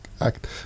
act